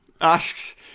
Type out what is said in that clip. asks